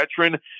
veteran